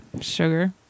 Sugar